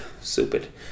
stupid